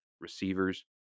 receivers